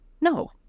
No